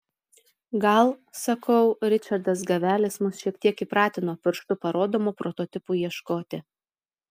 gal sakau ričardas gavelis mus šiek tiek įpratino pirštu parodomų prototipų ieškoti